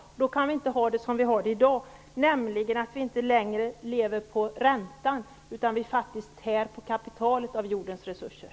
Då kan vi inte ha det som vi har det i dag, nämligen att vi inte längre lever på räntan utan att vi faktiskt tär på kapitalet av jordens resurser.